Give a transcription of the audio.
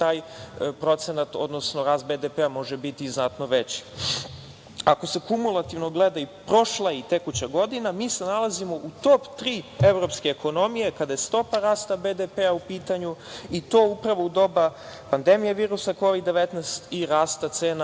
procenat, odnosno rast BDP može biti znatno veći. Ako se kumulativno gleda i prošla i tekuća godina, mi se nalazimo u top tri evropske ekonomije kada je stopa rasta BDP u pitanju i to upravo u doba pandemije virusa Kovid 19 i rasta cena